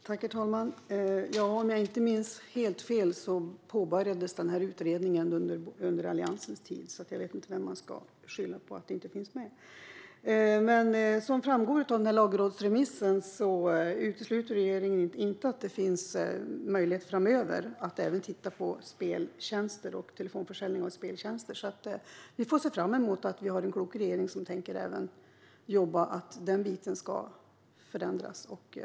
Herr talman! Om jag inte minns helt fel påbörjades den här utredningen under Alliansens tid, så jag vet inte vem man ska skylla på för att det inte finns med. Som framgår av lagrådsremissen utesluter inte regeringen att det finns möjligheter framöver att titta även på speltjänster och telefonförsäljning av speltjänster. Vi får alltså se fram emot en klok regering som tänker jobba med att även den biten ska förändras och tas bort.